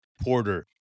Porter